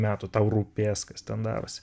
metų tau rūpės kas ten darosi